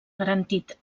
garantit